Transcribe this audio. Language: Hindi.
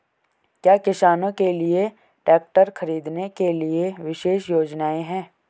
क्या किसानों के लिए ट्रैक्टर खरीदने के लिए विशेष योजनाएं हैं?